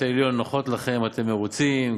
נוחות לכם אתם מרוצים,